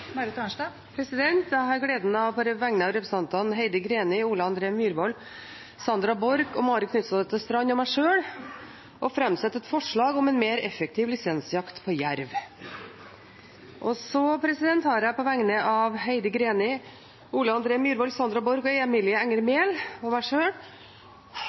Marit Arnstad vil fremsette to representantforslag. Jeg har på vegne av representantene Heidi Greni, Ole André Myhrvold, Sandra Borch, Marit Knutsdatter Strand og meg sjøl gleden av å framsette forslag om en mer effektiv lisensjakt på jerv. Videre har jeg på vegne av Heidi Greni, Ole André Myhrvold, Sandra Borch, Emilie Enger Mehl og meg sjøl